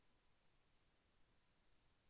నా సెల్ఫోన్కు రీచార్జ్ ఎలా చేయాలి?